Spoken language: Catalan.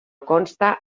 conste